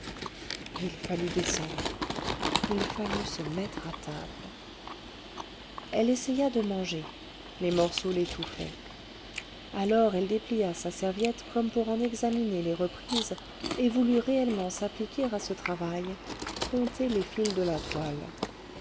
et il fallut descendre il fallut se mettre à table elle essaya de manger les morceaux l'étouffaient alors elle déplia sa serviette comme pour en examiner les reprises et voulut réellement s'appliquer à ce travail compter les fils de la toile